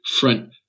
front